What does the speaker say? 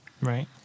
Right